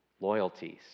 loyalties